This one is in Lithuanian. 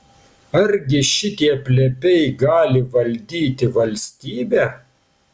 argi šitie plepiai gali valdyti valstybę